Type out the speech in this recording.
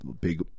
big